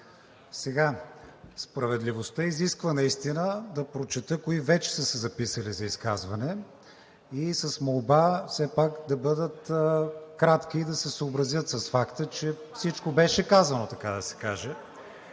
Справедливостта изисква наистина да прочета кои вече са се записали за изказване и с молба все пак да бъдат кратки и да се съобразят с факта, че всичко беше казано, така да се каже.